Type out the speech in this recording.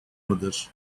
mıdır